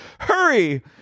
Hurry